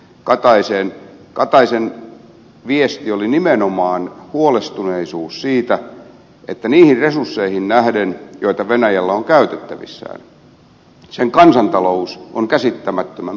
kataisen viesti oli nimenomaan huolestuneisuus siitä että niihin resursseihin nähden joita venäjällä on käytettävissään sen kansantalous on käsittämättömän pieni